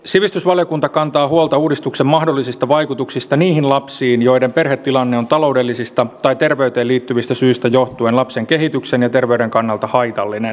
sivistysvaliokunta kantaa huolta uudistuksen mahdollisista vaikutuksista niihin lapsiin joiden perhetilanne on taloudellisista tai terveyteen liittyvistä syistä johtuen lapsen kehityksen ja terveyden kannalta haitallinen